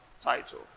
title